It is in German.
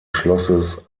schlosses